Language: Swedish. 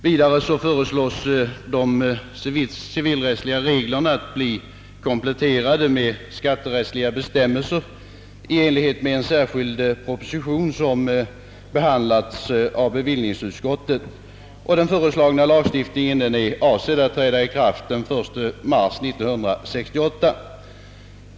Vidare föreslås att de civilrättsliga reglerna skall bli kompletterade med skatterättsliga bestämmelser i enlighet med en särskild proposition som behandlats av bevillningsutskottet, och den föreslagna lagstiftningen är avsedd att träda i kraft den 1 mars 1968.